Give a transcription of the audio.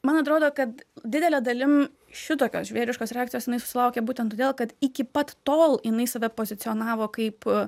man atrodo kad didele dalim šitokios žvėriškos reakcijos jinai susilaukė būtent todėl kad iki pat tol jinai save pozicionavo kaip